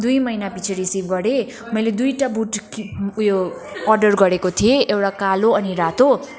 दुई महिना पिच्छे रिसिभ गरेँ मैले दुइटा बुट कि उयो अर्डर गरेको थिएँ एउटा कालो अनि रातो